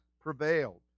prevailed